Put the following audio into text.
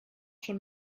schon